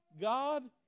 God